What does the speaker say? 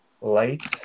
Light